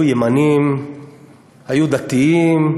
היו ימנים, היו דתיים,